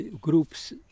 Groups